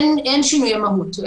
אין שינויי מהות.